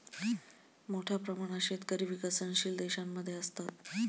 मोठ्या प्रमाणात शेतकरी विकसनशील देशांमध्ये असतात